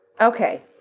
Okay